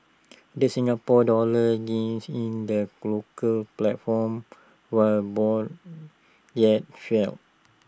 the Singapore dollar gained in the local platform while Bond yields fell